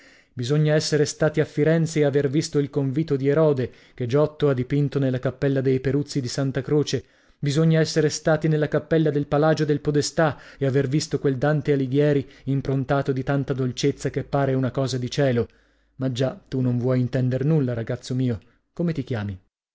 bisogna essere stati a firenze e aver visto il convito di erode che giotto ha dipinto nella cappella dei peruzzi di santa croce bisogna essere stati nella cappella del palagio del podestà e aver visto quel dante alighieri improntato di tanta dolcezza che pare una cosa di cielo ma già tu non vuoi intender nulla ragazzo mio come ti chiami